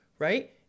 Right